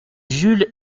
jules